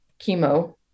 chemo